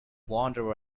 wonder